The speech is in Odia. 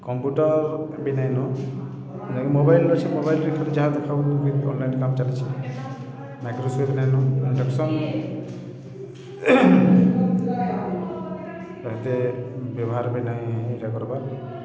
କମ୍ପୁଟର୍ ବି ନାଇଁନ ମୋବାଇଲ୍ ଅଛେ ମୋବାଇଲ୍ରେ ଯାହା ଦେଖାଉ ଅନ୍ଲାଇନ୍ କାମ୍ ଚାଲିଛେ ନାଇଁନ ଇଣ୍ଡକ୍ସନ୍ ହେତେ ବ୍ୟବହାର୍ ବି ନାହିଁ ଇଟା କର୍ବାର୍